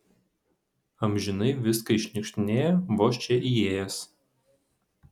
amžinai viską iššniukštinėja vos čia įėjęs